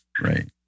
Right